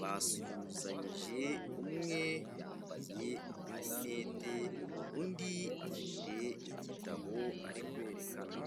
basuhuzanyije, umwe yambaye amarineti, undi afite igitabo ari kwerekana.